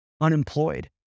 unemployed